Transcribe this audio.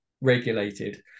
regulated